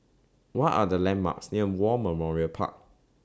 What Are The landmarks near War Memorial Park